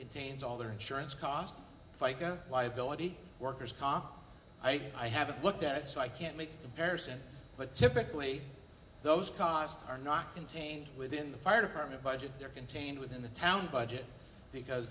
contains all their insurance costs fica liability worker's comp i haven't looked that so i can't make a person but typically those costs are not contained within the fire department budget they're contained within the town budget because